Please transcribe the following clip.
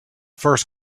first